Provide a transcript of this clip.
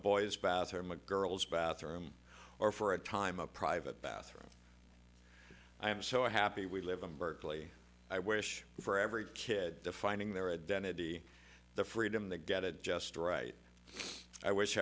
boy's bathroom a girls bathroom or for a time a private bathroom i am so happy we live in berkeley i wish for every kid finding their identity the freedom that got it just right i wish